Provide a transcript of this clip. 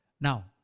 Now